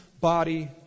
body